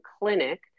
clinic